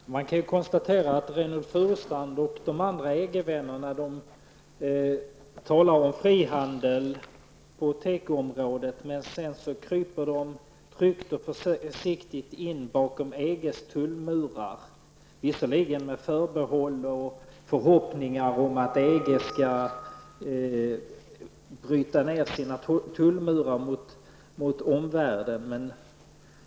Herr talman! Man kan konstatera att Reynoldh Furustrand och de andra EG-vännerna talar om frihandel på tekoområdet, men sedan kryper de tryggt och försiktigt bakom EGs tullmurar, visserligen med förbehåll för och förhoppningar om att EG skall bryta ner sina tullmurar gentemot omvärlden.